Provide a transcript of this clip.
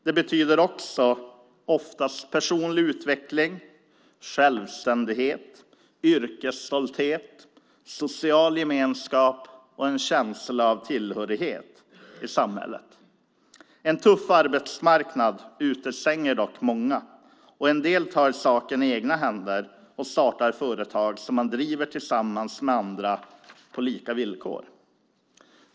Det betyder också oftast personlig utveckling, självständighet, yrkesstolthet, social gemenskap och en känsla av tillhörighet i samhället. En tuff arbetsmarknad utestänger dock många. En del tar saken i egna händer och startar företag som de driver tillsammans med andra på lika villkor.